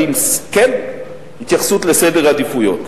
אבל כן עם התייחסות לסדר עדיפויות.